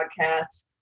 Podcast